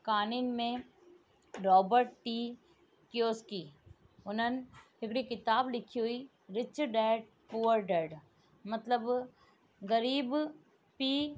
कहाणियुनि में Robert T Kiyosaki उन्हनि हिकिड़ी किताबु लिखी हुई रिच डैड पुअर डैड मतिलब ग़रीबु पीउ